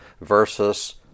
versus